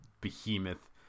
behemoth